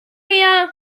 rien